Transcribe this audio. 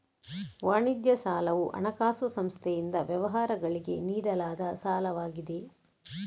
ವಾಣಿಜ್ಯ ಸಾಲವು ಹಣಕಾಸು ಸಂಸ್ಥೆಯಿಂದ ವ್ಯವಹಾರಗಳಿಗೆ ನೀಡಲಾದ ಸಾಲವಾಗಿದೆ